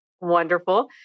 Wonderful